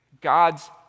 God's